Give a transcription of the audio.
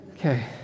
Okay